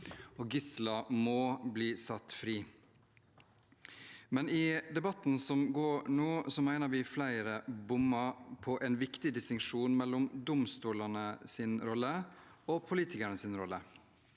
og gislene må bli satt fri. I debatten som går nå, mener vi at flere bommer på en viktig distinksjon mellom domstolenes rolle og politikernes rolle.